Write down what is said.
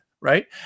right